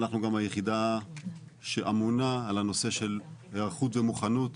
אנחנו גם היח' שאמונה על הנושא של הערכות ומוכנות,